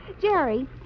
Jerry